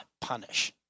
punish